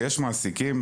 ויש מעסיקים,